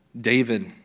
David